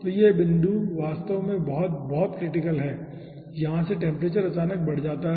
तो यह बिंदु वास्तव में बहुत बहुत क्रिटिकल है यहाँ से टेम्परेचर अचानक बढ़ जाता है